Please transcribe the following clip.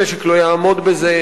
המשק לא יעמוד בזה,